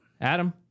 adam